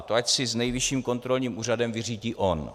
To ať si s Nejvyšším kontrolním úřadem vyřídí on.